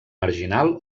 marginal